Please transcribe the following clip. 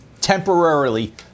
temporarily